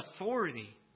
authority